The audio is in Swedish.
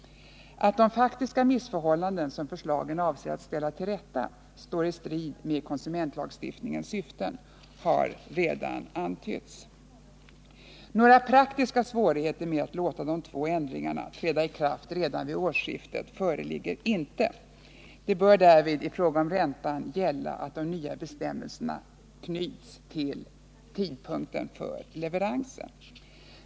Att de faktiska missförhållandena, som förslagen avser att ställa till rätta, står i strid med konsumentlagstiftningens syften har redan antytts. Några praktiska svårigheter med att låta de två ändringarna träda i kraft redan vid årsskiftet föreligger inte. Det bör därvid i fråga om räntan gälla, att de nya bestämmelserna knyts till tidpunkten för leveransen.